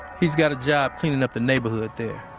he's got a job cleaning up the neighborhood there